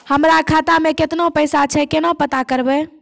हमरा खाता मे केतना पैसा छै, केना पता करबै?